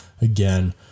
again